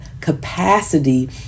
capacity